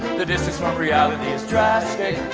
the distance from reality is drastic.